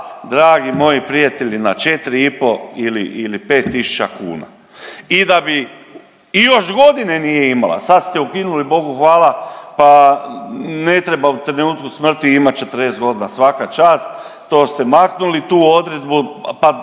dragi moji prijatelji na 4,5 ili 5 tisuća kuna i da bi i još godine nije imala. Sad ste ukinuli Bogu hvala pa ne treba u trenutku smrti imat 40 godina svaka čast to ste maknuli tu odredbu